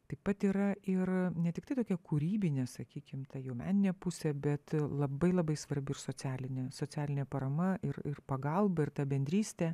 taip pat yra ir ne tiktai tokia kūrybinė sakykim ta jų meninė pusė bet labai labai svarbi ir socialinė socialinė parama ir ir pagalba ir ta bendrystė